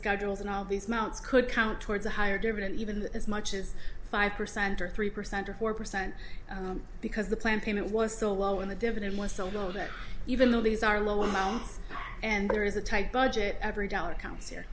schedules and all these mounts could count towards a higher dividend even as much as five percent or three percent or four percent because the plan payment was so low in the dividend was so low that even though these are low amounts and there is a tight budget every dollar counts